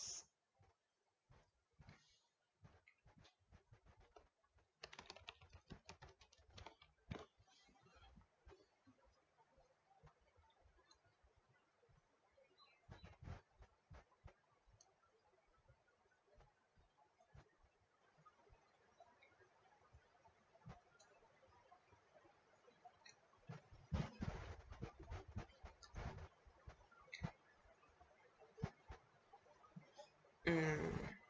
mm